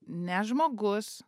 ne žmogus